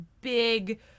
big